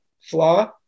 flaw